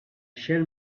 shall